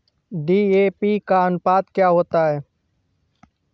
DAP का अनुपात क्या होता है?